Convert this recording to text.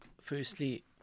firstly